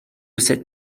ces